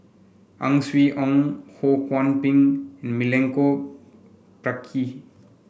Ang Swee Aun Ho Kwon Ping Milenko Prvacki